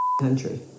country